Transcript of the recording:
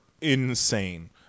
insane